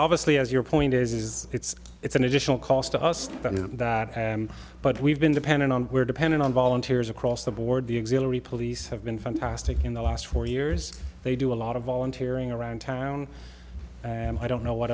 obviously as your point is it's it's an additional cost to us but we've been dependent on we're dependent on volunteers across the board the exhilarate police have been fantastic in the last four years they do a lot of volunteering around town i don't know what